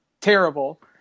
terrible